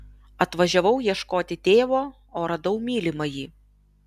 atvažiavau ieškoti tėvo o radau mylimąjį